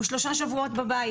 הוא נמצא שלושה שבועות בבית.